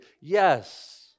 Yes